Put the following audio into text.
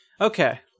Okay